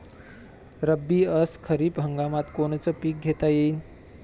रब्बी अस खरीप हंगामात कोनचे पिकं घेता येईन?